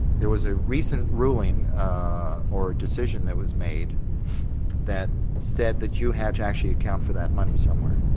there was a recent ruling or a decision that was made that said that you have to actually account for that money somewhere.